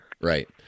right